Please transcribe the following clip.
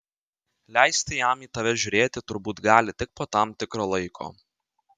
leisti jam į tave žiūrėti turbūt gali tik po tam tikro laiko